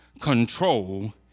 control